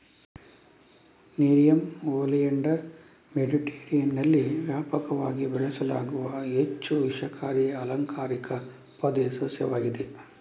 nerium oleander ಮೆಡಿಟರೇನಿಯನ್ನಲ್ಲಿ ವ್ಯಾಪಕವಾಗಿ ಬೆಳೆಸಲಾಗುವ ಹೆಚ್ಚು ವಿಷಕಾರಿ ಅಲಂಕಾರಿಕ ಪೊದೆ ಸಸ್ಯವಾಗಿದೆ